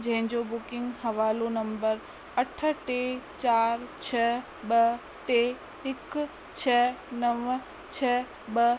जंहिंजो बुकिंग हवालो नंबर अठ टे चार छह ॿ टे हिकु छ्ह नवं छ्ह ॿ